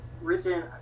written